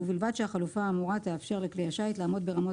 ובלבד שהחלופה האמורה תאפשר לכלי השיט לעמוד ברמות